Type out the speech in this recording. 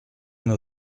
une